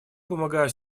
помогают